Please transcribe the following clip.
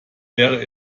wäre